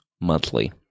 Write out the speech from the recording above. monthly